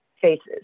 faces